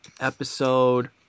episode